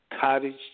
cottage